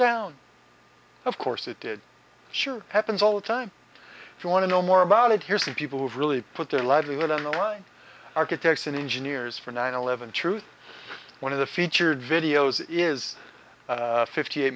down of course it did sure happens all the time if you want to know more about it here's the people who really put their livelihood on the line architects and engineers for nine eleven truth one of the featured videos is fifty eight